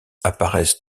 apparaissent